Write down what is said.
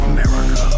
America